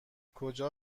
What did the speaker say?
کجا